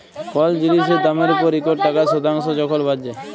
call জিলিসের দামের উপর ইকট টাকা শতাংস যখল বাদ যায়